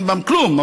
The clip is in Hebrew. אין בהן כלום,